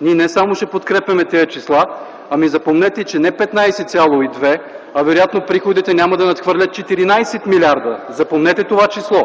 ние не само ще подкрепяме тези числа, ами, запомнете, че не 15,2 млрд. лв., а вероятно приходите няма да надхвърлят 14 млрд. лв. Запомнете това число.